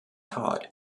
todd